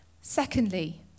Secondly